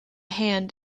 hand